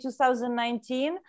2019